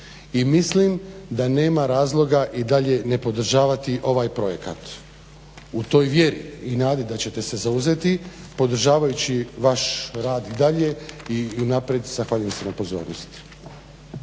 mislim da nema razloga i dalje nepodržavati ovaj projekat u toj vjeri i nadi da ćete se zauzeti podržavajući vaš rad i dalje i unaprijed zahvaljujem se na pozornosti.